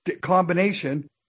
combination